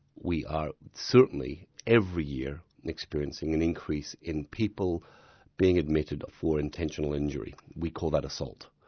we are certainly every year experiencing an increase in people being admitted for intentional injury. we call that assault.